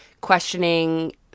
questioning